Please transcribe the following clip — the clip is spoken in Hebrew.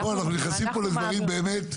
אנחנו מעבירים --- אנחנו נכנסים פה לדברים שבאמת,